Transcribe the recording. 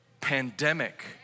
pandemic